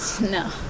No